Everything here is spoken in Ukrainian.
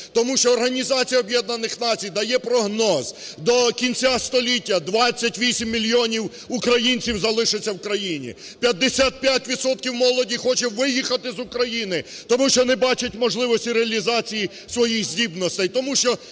Націй дає прогноз: до кінця століття 28 мільйонів українців залишиться в країні, 55 відсотків молоді хоче виїхати з України, тому що не бачать можливості реалізації своїх здібностей, тому що